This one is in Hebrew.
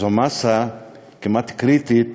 זו מאסה כמעט קריטית